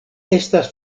estas